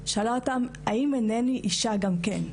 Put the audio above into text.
שאלה אותן האם אינני אישה גם כן.